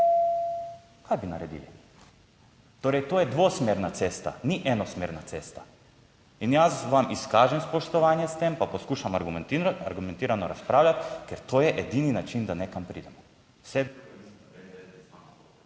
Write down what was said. Kaj bi naredili? Torej to je dvosmerna cesta, ni enosmerna cesta. In jaz vam izkažem spoštovanje s tem pa poskušam argumentirano razpravljati, ker to je edini način, da nekam pridemo.